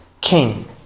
king